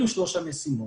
אלה שלוש המשימות.